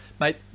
mate